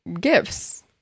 gifts